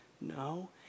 No